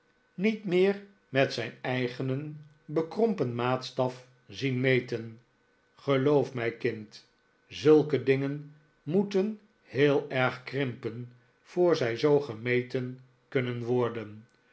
niet meer met zijn eenigen bekrompen maatstaf zien meten geloof mij kind zulke dingen moeten heel erg krimpen voor zij zoo gemeten kunnen worden